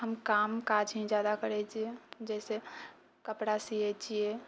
हम काम काज ही जादा करय छियै जैसे कपड़ा सियै छियै